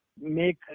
make